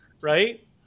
Right